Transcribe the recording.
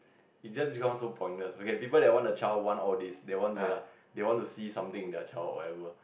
it just becomes so pointless okay people that want a child want all these they want to ya they want to see something in their child or whatever